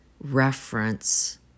reference